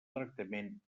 tractament